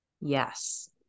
Yes